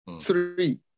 Three